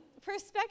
perspective